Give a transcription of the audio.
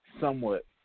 somewhat